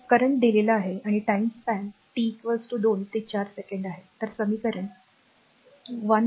current दिलेला आहे आणि टाइम स्पान t 2 ते 4 second आहे तर समीकरण 1